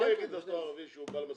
מה יגיד הערבי כשהוא בא למשא ומתן?